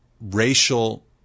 racial